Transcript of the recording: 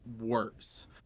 worse